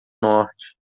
norte